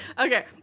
Okay